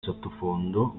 sottofondo